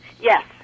Yes